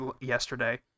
yesterday